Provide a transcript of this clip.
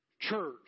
Church